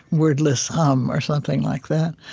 wordless hum or something like that.